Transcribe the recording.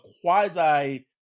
quasi